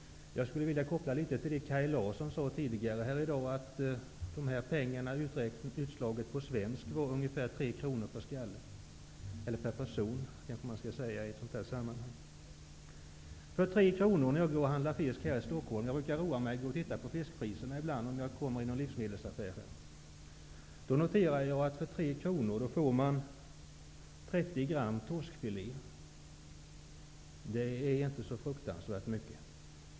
Jag vill anknyta till det som Kaj Larsson tidigare sade, nämligen att detta utslaget på alla svenskar motsvarar ungefär 3 kr per person. Jag brukar när jag kommer till någon livsmedelsaffär här i Stockholm roa mig med att titta på fiskpriserna, och jag har noterat att man för 3 kr får 30 gram torskfile, vilket inte är särskilt mycket.